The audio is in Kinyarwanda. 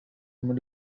muri